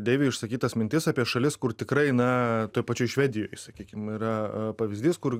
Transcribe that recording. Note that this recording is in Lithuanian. deiviui išsakytas mintis apie šalis kur tikrai na toj pačioj švedijoj sakykime yra pavyzdys kur